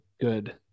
good